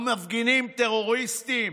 המפגינים טרוריסטים,